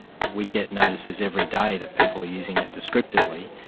we get notices every day that people are using it descriptively,